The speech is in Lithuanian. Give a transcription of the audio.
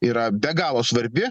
yra be galo svarbi